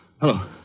Hello